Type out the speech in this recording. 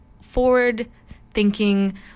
forward-thinking